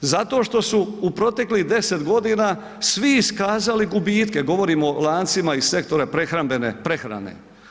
Zato što su u proteklih 10 g. svi iskazali gubite, govorim o lancima iz sektora prehrambene prehrane.